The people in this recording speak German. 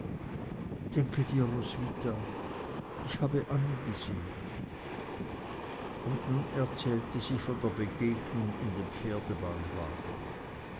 ich habe annie gesehen und nun erzählte sie von der begegnung in dem